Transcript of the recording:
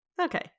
Okay